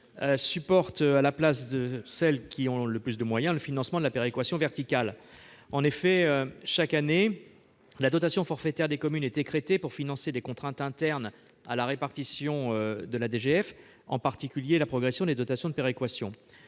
verticale à la place de celles qui ont le plus de moyens. En effet, chaque année, la dotation forfaitaire des communes est écrêtée pour financer des contraintes internes à la répartition de la DGF, en particulier la progression des dotations de péréquation.